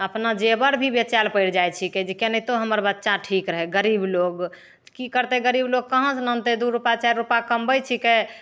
अपना जेबर भी बेचै लऽ पड़ि जाइत छीकै जे केनाहितो हमर बच्चा ठीक रहए गरीब लोग की करतै गरीब लोग कहाँ से लानतै दू रूपा चारि रूपा कमबै छिकै तऽ